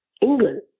England